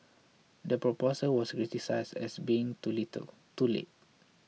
the proposal was criticised as being too little too late